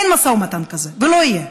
אין משא ומתן כזה ולא יהיה.